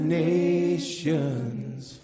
nations